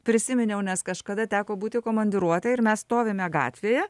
prisiminiau nes kažkada teko būti komandiruotėj ir mes stovime gatvėje